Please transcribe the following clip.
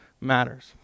matters